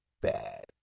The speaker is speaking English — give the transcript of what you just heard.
bad